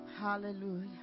Hallelujah